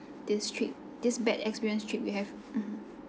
this trip this bad experience trip you have mmhmm